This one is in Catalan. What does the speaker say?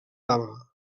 dama